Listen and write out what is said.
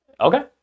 Okay